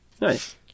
Nice